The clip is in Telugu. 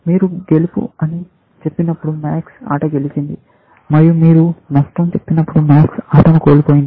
మీరు గెలుపు అని చెప్పినప్పుడు MAX ఆట గెలిచింది మరియు మీరు నష్టం చెప్పినప్పుడు MAX ఆటను కోల్పోయింది